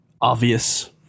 obvious